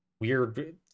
weird